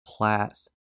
Plath